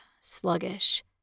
sluggish